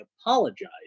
apologize